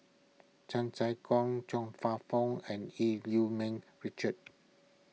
Chan Sek Keong Chong Fah Feong and Eu Yee Ming Richard